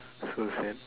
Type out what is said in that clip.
so sad